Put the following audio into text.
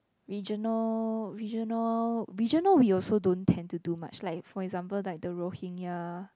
regional regional regional we also don't tend to do much like for example like the Rohingya